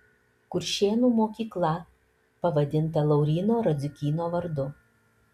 kuršėnų mokykla pavadinta lauryno radziukyno vardu